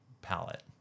palette